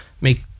make